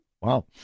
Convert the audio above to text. Wow